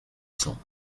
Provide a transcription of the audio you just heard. cents